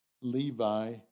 Levi